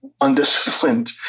undisciplined